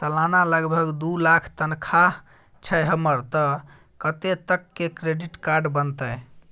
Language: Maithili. सलाना लगभग दू लाख तनख्वाह छै हमर त कत्ते तक के क्रेडिट कार्ड बनतै?